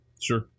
sure